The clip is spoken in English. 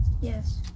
Yes